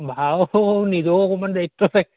ভাও নিজেও অকণমান দায়িত্ব থাকে